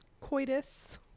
coitus